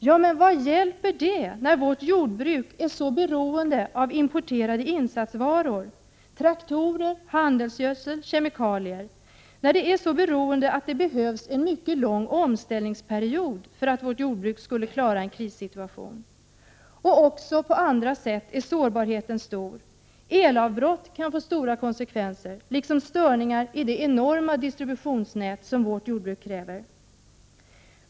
Ja, men vad hjälper det när vårt jordbruk är så beroende av importerade insatsvaror: traktorer, handelsgödsel, kemikalier? Det behövs en lång omställningsperiod för att vårt jordbruk skall klara av en krissituation. Också på andra sätt är sårbarheten stor. Elavbrott kan få stora konsekvenser liksom störningar i det enorma distributionsnät som vårt jordbruk kräver.